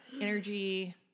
energy